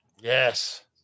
yes